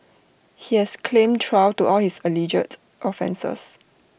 he has claimed trial to all his alleged offences